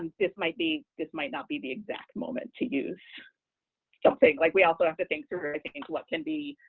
and this might be this might not be the exact moment to use something, like we also have to think through thinking what can be